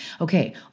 Okay